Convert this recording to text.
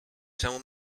czemu